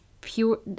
pure